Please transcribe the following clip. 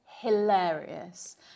hilarious